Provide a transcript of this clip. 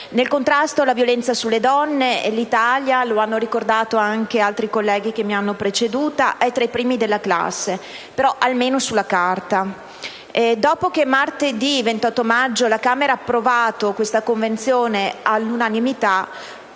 Nel contrasto alla violenza sulle donne l'Italia - lo hanno ricordato anche altri colleghi che mi hanno preceduto - è tra i primi della classe, almeno sulla carta. Dopo che martedì 28 maggio la Camera ha approvato questa Convenzione all'unanimità,